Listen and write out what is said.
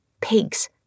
pigs